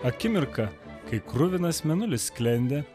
akimirka kai kruvinas mėnulis sklendė